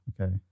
Okay